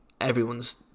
everyone's